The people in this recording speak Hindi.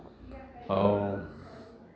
और